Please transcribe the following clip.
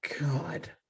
God